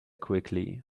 quickly